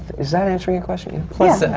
is that answering the question? yeah.